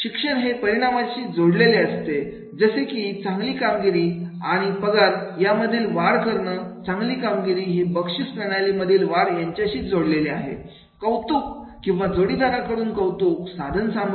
शिक्षण हे परिणामाची जोडलेले असते जसे की चांगली कामगिरी आणि पगार मधील वाढ कारण चांगली कामगिरी ही बक्षीस प्रणाली मधील वाढ यांच्याशी जोडलेली आहे कौतुक किंवा जोडीदाराकडून कौतुक साधन सामग्री